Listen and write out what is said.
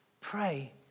pray